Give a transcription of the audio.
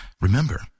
Remember